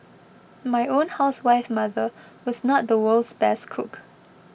my own housewife mother was not the world's best cook